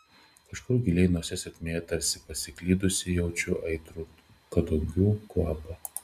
kažkur giliai nosies ertmėje tarsi pasiklydusį jaučiu aitrų kadugių kvapą